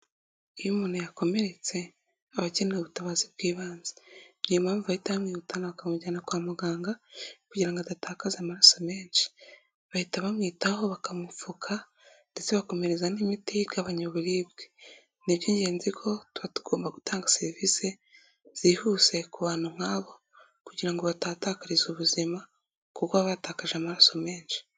Iyo umuntu yakomeretse abakeneye ubutabazi bw'ibanze niyo mpamvu bahita bamwihutana bakamujyana kwa muganga kugira adatakakaza amaraso menshi bahita bamwitaho bakamupfuka ndetse bakamuhereza n'imiti igabanya uburibwe, ni iby'ingenzi ko tuba tugomba gutanga serivisi zihuse ku bantu nk'abo kugira ngo batahakariza ubuzima kuko baba batakaje amaraso menshi.